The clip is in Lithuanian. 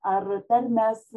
ar tarmės